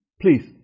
Please